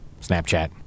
Snapchat